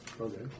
Okay